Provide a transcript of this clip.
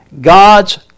God's